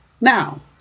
Now